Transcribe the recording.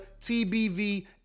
tbv